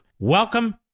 Welcome